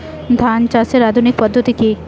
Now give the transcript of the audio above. ধান চাষের আধুনিক পদ্ধতি কি?